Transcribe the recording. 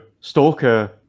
stalker